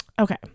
Okay